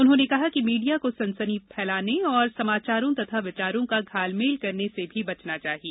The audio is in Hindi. उन्होंने कहा कि मीडिया को सनसनी फैलाने और समाचारों तथा विचारों का घालमेल करने से भी बचना चाहिए